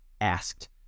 asked